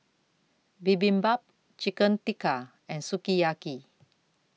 Bibimbap Chicken Tikka and Sukiyaki